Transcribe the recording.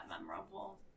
memorable